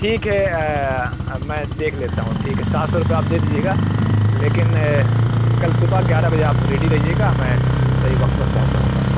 ٹھیک ہے میں دیکھ لیتا ہوں ٹھیک ہے سات سو روپے آپ دے دیجیے گا لیکن کل صبح گیارہ بجے آپ ریڈی رہیے گا میں صحیح وقت پر پہنچ جاؤں گا